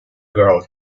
girl